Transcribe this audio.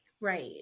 Right